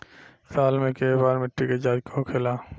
साल मे केए बार मिट्टी के जाँच होखेला?